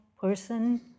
person